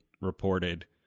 reported